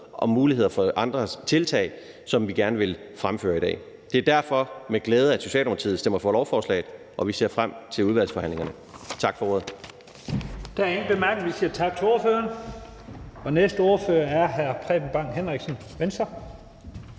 og muligheder for andre tiltag, som vi fremfører i dag. Det er derfor med glæde, at Socialdemokratiet stemmer for lovforslaget, og vi ser frem til udvalgsforhandlingerne. Tak for ordet.